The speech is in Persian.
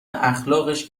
اخلاقش